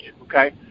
okay